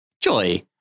Joy